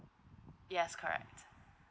yes correct